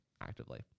actively